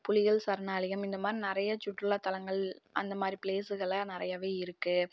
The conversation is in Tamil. புலிகள் சரணாலயம் இந்தமாதிரி நிறைய சுற்றுலாதலங்கள் அந்தமாதிரி ப்ளேஸுகள்லாம் நிறையவே இருக்குது